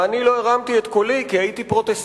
ואני לא הרמתי את קולי, כי הייתי פרוטסטנטי.